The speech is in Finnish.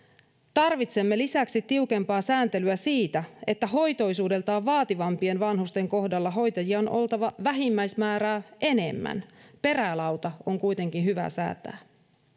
tarvitsemme lisäksi tiukempaa sääntelyä siitä että hoitoisuudeltaan vaativampien vanhusten kohdalla hoitajia on oltava vähimmäismäärää enemmän perälauta on kuitenkin hyvä säätää